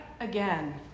again